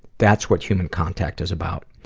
that's what human contact is about.